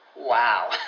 Wow